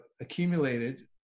accumulated